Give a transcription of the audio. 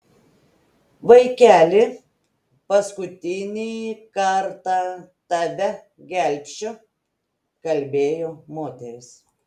vaikeli paskutinį kartą tave gelbsčiu kalbėjo moteris